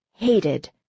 hated